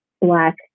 Black